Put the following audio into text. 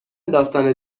داستان